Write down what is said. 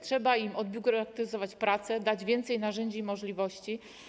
Trzeba im odbiurokratyzować pracę, dać więcej narzędzi i możliwości.